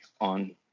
on